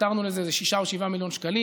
איתרנו לזה 6 או 7 מיליון שקלים.